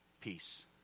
peace